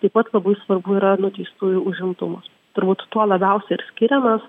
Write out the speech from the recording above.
taip pat labai svarbu yra nuteistųjų užimtumas turbūt tuo labiausiai ir skiriamės